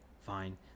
fine